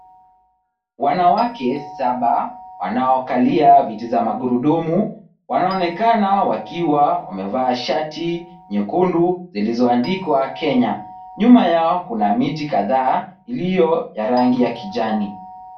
Wanawake saba wanaokalia viti vya magurudumu, wanaonekana wakiwa wamevaa shati nyekundu zilizoandikwa Kenya. Nyuma yao kuna miti kadhaa iliyo ya rangi ya kijani.